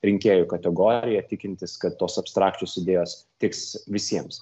rinkėjų kategoriją tikintis kad tos abstrakčios idėjos tiks visiems